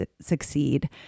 succeed